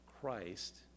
christ